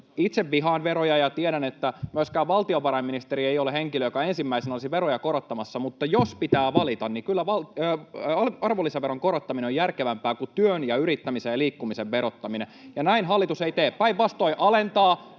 Itse vihaan veroja, ja tiedän, että myöskään valtiovarainministeri ei ole henkilö, joka ensimmäisenä olisi veroja korottamassa, mutta jos pitää valita, niin kyllä arvonlisäveron korottaminen on järkevämpää kuin työn ja yrittämisen ja liikkumisen verottaminen. Ja näin hallitus ei tee, [Antti